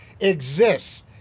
exists